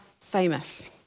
famous